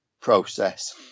process